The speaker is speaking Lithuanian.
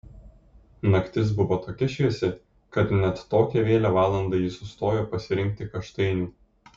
naktis buvo tokia šviesi kad net tokią vėlią valandą ji sustojo pasirinkti kaštainių